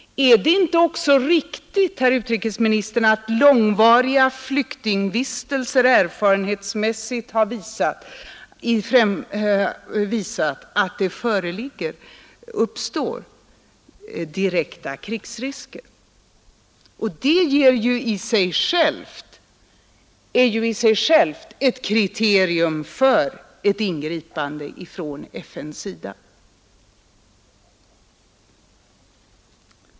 Är det inte också riktigt, herr utrikesminister, att det erfarenhetsmässigt har visat sig att långvariga flyktingvistelser ger upphov till direkta krigsrisker? Det är jui sig självt ett kriterium på att det finns skäl för ett ingripande från FN.